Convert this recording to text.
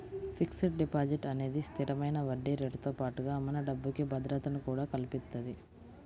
fixed deposit అనేది స్థిరమైన వడ్డీరేటుతో పాటుగా మన డబ్బుకి భద్రతను కూడా కల్పిత్తది